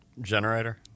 generator